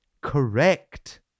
correct